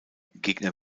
gegner